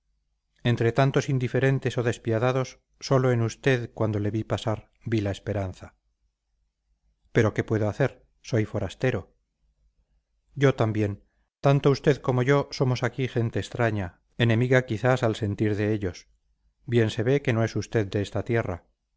entre tantos indiferentes o despiadados sólo en usted cuando le vi pasar vi la esperanza pero qué puedo hacer soy forastero yo también tanto usted como yo somos aquí gente extraña enemiga quizás al sentir de ellos bien se ve que no es usted de esta tierra